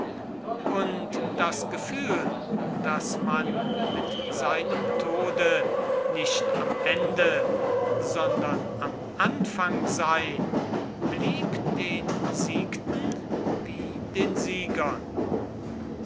und das gefühl daß man mit seinem tode nicht am ende sondern am anfang sei blieb den besiegten wie den siegern